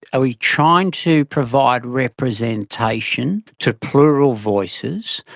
are we trying to provide representation to plural voices?